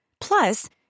Plus